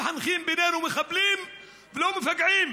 לא מחנכים בינינו מחבלים ולא מפגעים,